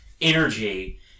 energy